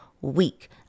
week